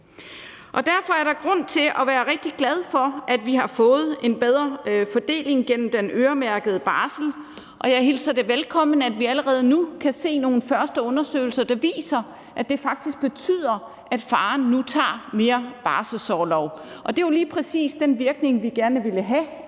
Derfor er der grund til at være rigtig glad for, at vi har fået en bedre fordeling gennem den øremærkede barsel, og jeg hilser det velkommen, at vi allerede nu kan se nogle første undersøgelser, der viser, at det faktisk betyder, at faren nu tager mere barselsorlov. Det er jo lige præcis den virkning, vi gerne ville have